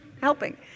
helping